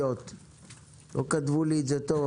קודם כל תודה.